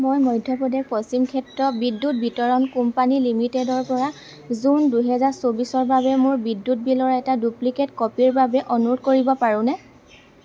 মই মধ্যপ্ৰদেশ পশ্চিম ক্ষেত্ৰ বিদ্যুৎ বিতৰণ কোম্পানী লিমিটেডৰ পৰা জুন দুই হেজাৰ চৌব্বিছৰ বাবে মোৰ বিদ্যুৎ বিলৰ এটা ডুপ্লিকেট কপিৰ বাবে অনুৰোধ কৰিব পাৰোঁনে